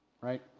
right